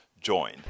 join